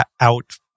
out